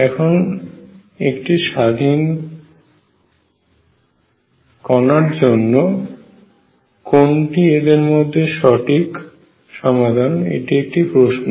এখন একটি স্বাধীন করার জন্য কোনটি এদের মধ্যে সঠিক সমাধান এটি একটি প্রশ্ন